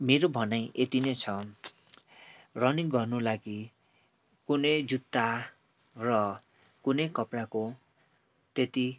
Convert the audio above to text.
मेरो भनाई यति नै छ रनिङ गर्नु लागि कुनै जुत्ता र कुनै कपडाको त्यति